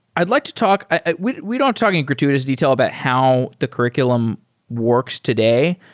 i'd like to talk ah we we don't talk in gratuitous detail about how the curr iculum works today,